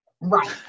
Right